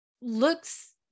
looks